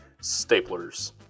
staplers